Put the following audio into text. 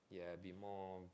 yeah be more